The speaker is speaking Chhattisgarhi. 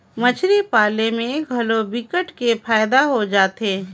मछरी पालन में घलो विकट के फायदा हो जाथे